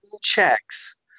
checks